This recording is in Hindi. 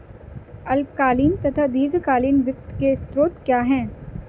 अल्पकालीन तथा दीर्घकालीन वित्त के स्रोत क्या हैं?